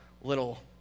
little